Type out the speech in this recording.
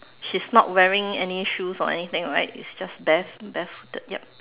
she's not wearing any shoes or anything right it's just bare barefooted yup